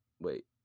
Wait